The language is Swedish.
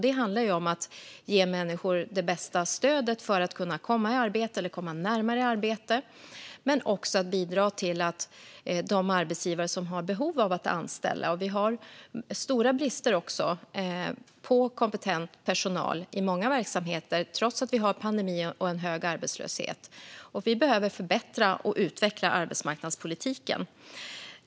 Det handlar om att ge människor det bästa stödet för att kunna komma i arbete eller komma närmare arbete, men också om att ge stöd till de arbetsgivare som har behov av att anställa. Vi har stor brist på kompetent personal i många verksamheter, trots att vi har pandemi och en hög arbetslöshet. Vi behöver förbättra och utveckla arbetsmarknadspolitiken.